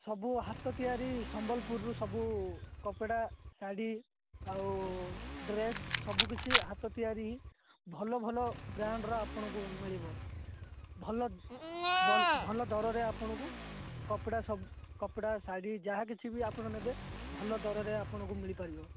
ସବୁ ହାତ ତିଆରି ସମ୍ବଲପୁରରୁ ସବୁ କପଡ଼ା ଶାଢ଼ୀ ଆଉ ଡ୍ରେସ ସବୁକିଛି ହାତ ତିଆରି ହିଁ ଭଲ ଭଲ ବ୍ରାଣ୍ଡର ଆପଣଙ୍କୁ ମିଳିବ ଭଲ ଭଲ ଦରରେ ଆପଣଙ୍କୁ କପଡ଼ା ସବୁ କପଡ଼ା ଶାଢ଼ୀ ଆପଣ ଯାହା କିଛି ବି ଆପଣ ନେବେ ଭଲ ଦରରେ ଆପଣଙ୍କୁ ମିଳି ପାରିବ